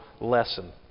lesson